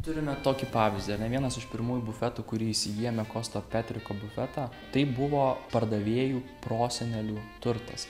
turime tokį pavyzdį ar ne vienas iš pirmųjų bufetų kurį įsigijame kosto petriko bufetą tai buvo pardavėjų prosenelių turtas